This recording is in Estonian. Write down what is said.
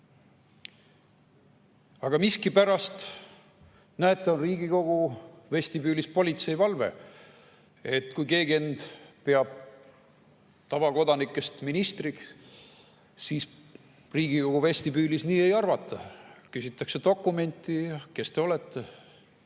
Aga miskipärast, näete, on Riigikogu vestibüülis politseivalve. Kui keegi tavakodanikest peab end ministriks, siis Riigikogu vestibüülis nii ei arvata, küsitakse dokumenti. "Kes te olete?